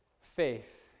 Faith